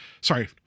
sorry